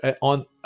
on